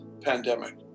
pandemic